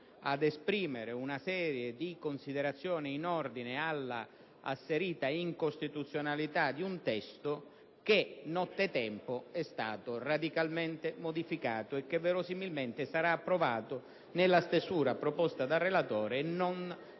ad esprimere una serie di considerazioni in ordine alla asserita incostituzionalità di un testo che, nottetempo, è stato radicalmente modificato e che verosimilmente sarà approvato nella stesura proposta dal relatore e non nella